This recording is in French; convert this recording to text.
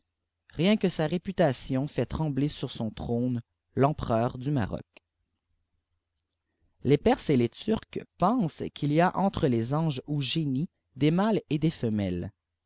rien nue sa réputation fait trembler sur son trône l'empereur du maroc les perses et les turcs pensent qu'il y à ntre les anges ou génies des mâles et des femelle